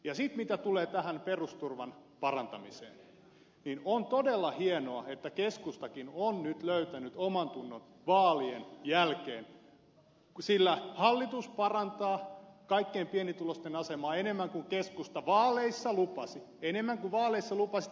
sitten mitä tulee tähän perusturvan parantamiseen niin on todella hienoa että keskustakin on nyt löytänyt omantunnon vaalien jälkeen sillä hallitus parantaa pienituloisten asemaa enemmän kuin keskusta vaaleissa lupasi enemmän kuin vaaleissa lupasi